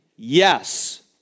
Yes